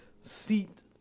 seat